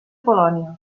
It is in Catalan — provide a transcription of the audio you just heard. polònia